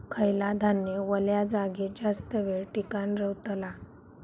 खयला धान्य वल्या जागेत जास्त येळ टिकान रवतला?